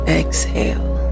exhale